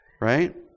right